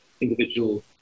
individual